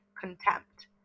contempt